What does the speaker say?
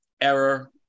error